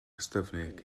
ystyfnig